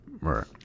Right